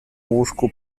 łóżku